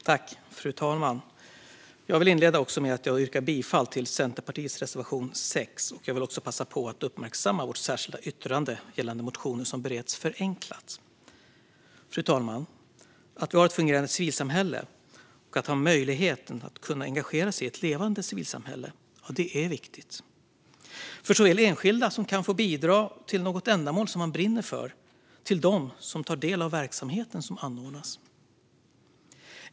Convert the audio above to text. Fru talman! Jag vill inleda med att yrka bifall till Centerpartiets reservation 6. Jag vill också passa på att uppmärksamma vårt särskilda yttrande gällande motioner som bereds förenklat. Fru talman! Att ha ett fungerande civilsamhälle och att ha möjligheten att engagera sig i ett levande civilsamhälle är viktigt såväl för enskilda som kan få bidra till något ändamål man brinner för som för dem som tar del av verksamheten som anordnas.